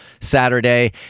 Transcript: Saturday